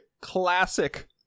classic